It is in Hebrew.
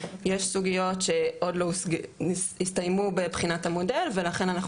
יש סוגיות שעוד לא הסתיימו בבחינת המודל ולכן אנחנו